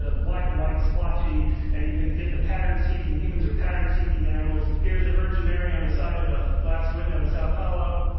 ah black-and-white splotchy and you can get the pattern-seeking humans are pattern-seeking animals. here's the virgin mary on the side of a glass window in sao paulo.